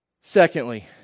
Secondly